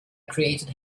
created